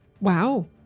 Wow